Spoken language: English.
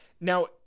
Now